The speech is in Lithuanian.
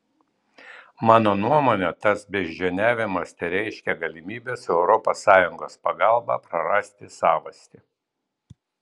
mano nuomone tas beždžioniavimas tereiškia galimybę su europos sąjungos pagalba prarasti savastį